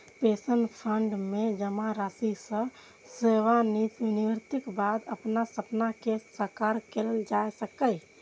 pension fund मे जमा राशि सं सेवानिवृत्तिक बाद अपन सपना कें साकार कैल जा सकैए